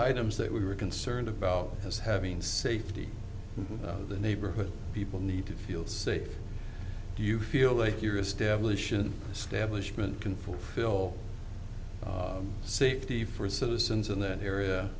items that we were concerned about is having safety of the neighborhood people need to feel safe you feel like you're establishing establishment can fulfill safety for citizens in that area